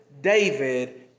David